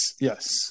yes